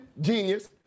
genius